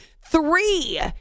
three